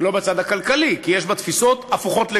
לא בצד הכלכלי, כי יש בה תפיסות הפוכות לגמרי.